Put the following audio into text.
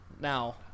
Now